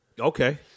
Okay